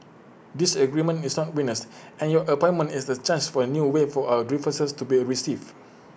disagreement is not weakness and your appointment is A chance for A new way for our differences to be received